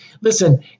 listen